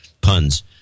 puns